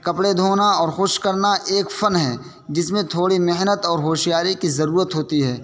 کپڑے دھونا اور خشک کرنا ایک فن ہے جس میں تھوڑی محنت اور ہوشیاری کی ضرورت ہوتی ہے